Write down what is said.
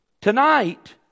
tonight